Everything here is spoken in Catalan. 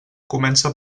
comença